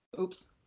Oops